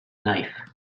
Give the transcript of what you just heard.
knife